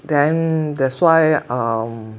then that's why um